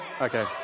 Okay